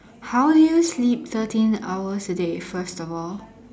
how do you sleep thirteen hours a day first of all